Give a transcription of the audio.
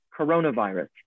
coronavirus